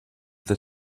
that